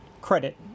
credit